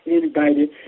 invited